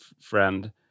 friend